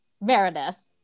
meredith